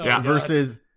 versus